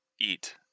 eat